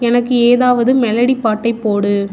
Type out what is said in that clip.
எனக்கு ஏதாவது மெலடி பாட்டை போடு